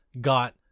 got